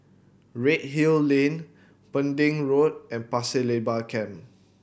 Redhill Lane Pending Road and Pasir Laba Camp